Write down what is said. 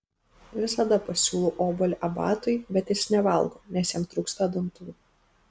visada pasiūlau obuolį abatui bet jis nevalgo nes jam trūksta dantų